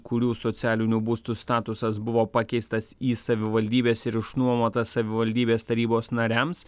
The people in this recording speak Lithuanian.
kurių socialinių būstų statusas buvo pakeistas į savivaldybės ir išnuomotas savivaldybės tarybos nariams